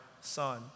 son